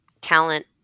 talent